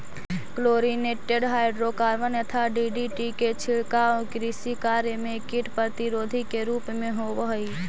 chlorinated hydrocarbon यथा DDT के छिड़काव कृषि कार्य में कीट प्रतिरोधी के रूप में होवऽ हई